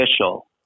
official